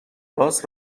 راست